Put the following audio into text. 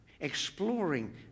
Exploring